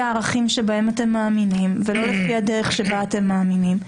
הערכים שבהם אתם מאמינים ולא לפי הדרך שבה אתם מאמינים,